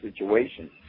situation